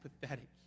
pathetic